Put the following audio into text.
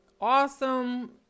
awesome